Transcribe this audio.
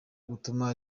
gutuma